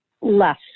less